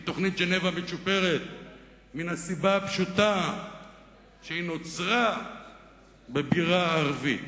היא תוכנית ז'נבה משופרת מן הסיבה הפשוטה שהיא נוצרה בבירה ערבית,